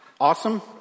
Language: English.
awesome